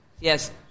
Yes